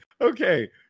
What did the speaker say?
Okay